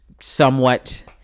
somewhat